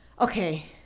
Okay